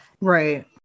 right